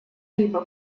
либо